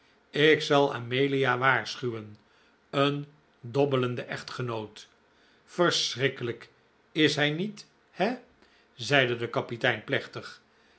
ik zal amelia waarschuwen een dobbelende echtgenoot verschrikkelijk is hij niet he zeide de kapitein plechtig